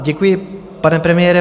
Děkuji, pane premiére.